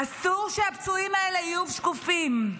אסור שהפצועים האלה יהיו שקופים.